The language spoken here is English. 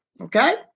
Okay